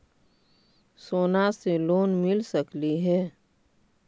सोना से लोन मिल सकली हे?